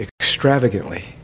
extravagantly